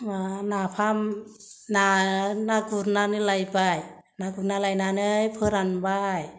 नाफाम ना गुरनानै लायबाय ना गुरना लायनानै फोरानबाय